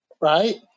right